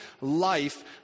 life